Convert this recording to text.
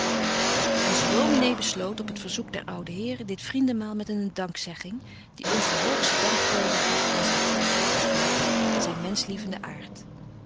onze dominé besloot op t verzoek der oude heren dit vrienden maal met eene dankzegging die ons de hoogste dankbeelden gaf van zyn godvruchtig hart en zyn menschlievenden aart